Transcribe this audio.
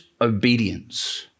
obedience